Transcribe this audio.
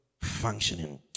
functioning